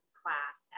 class